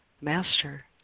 Master